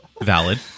Valid